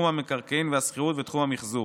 תחומי המקרקעין והשכירות ותחום המחזור,